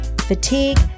fatigue